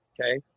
okay